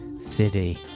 City